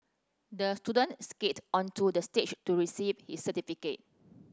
the student skated onto the stage to receive his certificate